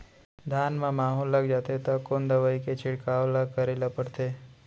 धान म माहो लग जाथे त कोन दवई के छिड़काव ल करे ल पड़थे?